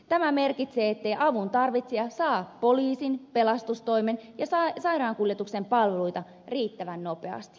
tämä merkitsee ettei avun tarvitsija saa poliisin pelastustoimen ja sairaankuljetuksen palveluita riittävän nopeasti